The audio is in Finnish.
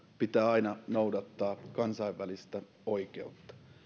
pitää aina noudattaa kansainvälistä oikeutta